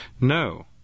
no